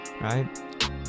right